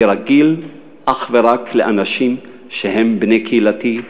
אני רגיל אך ורק לאנשים שהם בני קהילתי,